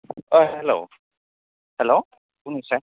हेल' हेल' बुंनायसाय